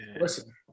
listen